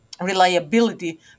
reliability